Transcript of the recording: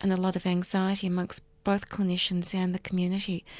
and a lot of anxiety amongst both clinicians and the community.